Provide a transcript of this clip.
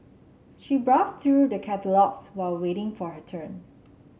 she browsed through the catalogues while waiting for her turn